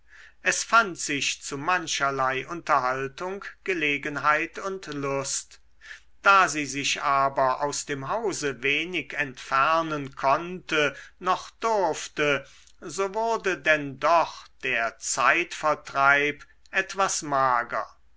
es fand sich zu mancherlei unterhaltung gelegenheit und lust da sie sich aber aus dem hause wenig entfernen konnte noch durfte so wurde denn doch der zeitvertreib etwas mager